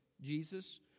Jesus